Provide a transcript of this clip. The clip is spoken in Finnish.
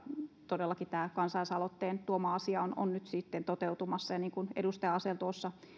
todellakin tämä kansalaisaloitteen esiin tuoma asia on nyt sitten toteutumassa niin kuin edustaja asell tuossa